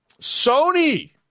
Sony